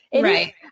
Right